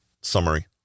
Summary